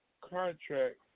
contract